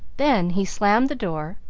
then he slammed the door,